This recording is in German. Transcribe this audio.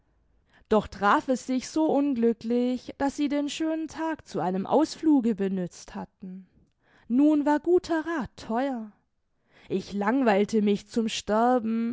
doch traf es sich so unglücklich daß sie den schönen tag zu einem ausfluge benützt hatten nun war guter rath theuer ich langweilte mich zum sterben